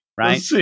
Right